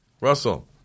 russell